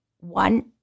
One